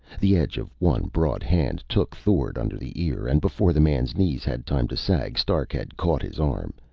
the edge of one broad hand took thord under the ear, and before the man's knees had time to sag stark had caught his arm.